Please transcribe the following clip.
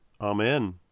Amen